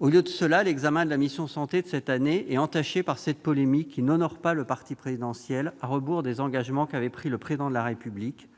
Au lieu de cela, l'examen de la mission « Santé », cette année, est entaché par une polémique qui n'honore pas le parti présidentiel, à rebours des engagements pris par le Président de la République